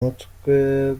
mutwe